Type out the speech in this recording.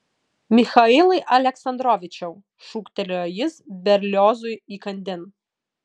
michailai aleksandrovičiau šūktelėjo jis berliozui įkandin